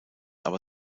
aber